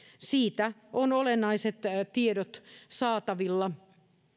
siitä on olennaiset tiedot saatavilla